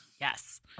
Yes